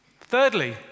Thirdly